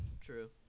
True